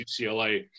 UCLA